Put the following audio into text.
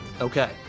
Okay